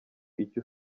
icyo